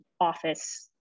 office